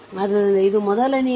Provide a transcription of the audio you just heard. ಆದ್ದರಿಂದ ಇದು ಮೊದಲನೆಯದು